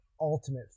ultimate